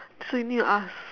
so you need to ask